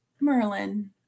Merlin